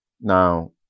Now